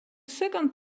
second